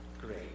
great